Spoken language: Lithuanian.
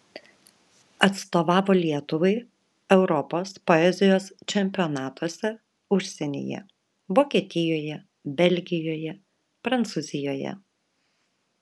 atstovavo lietuvai europos poezijos čempionatuose užsienyje vokietijoje belgijoje prancūzijoje